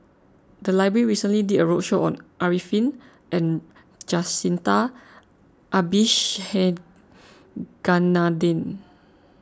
the library recently did a roadshow on Arifin and Jacintha Abisheganaden